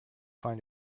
find